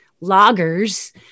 loggers